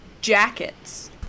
Jackets